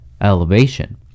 elevation